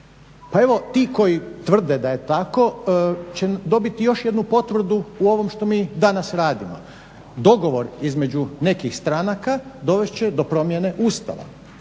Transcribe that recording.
Pa evo ti koji tvrde da je tako će dobiti još jednu potvrdu u ovom što mi danas radimo. Dogovor između nekih stranaka dovest će do promjene Ustava,